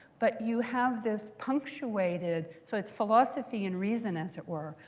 but you have this punctuated. so it's philosophy and reason, as it were,